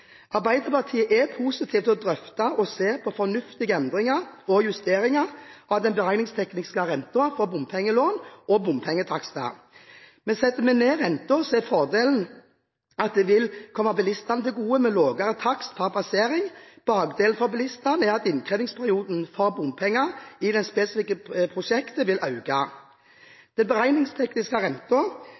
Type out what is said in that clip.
Arbeiderpartiet er positiv til å drøfte og se på fornuftige endringer og justeringer av den beregningstekniske renten for bompengelån og bompengetakster. Setter man ned renten, er fordelen at det vil komme bilistene til gode, med lavere takst per passering. Bakdelen for bilistene er at innkrevingsperioden for bompenger i det spesifikke prosjektet vil øke. Den beregningstekniske renten er per i dag på 6,5 pst. Det